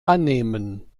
annehmen